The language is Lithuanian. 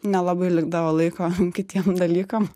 nelabai likdavo laiko kitiem dalykam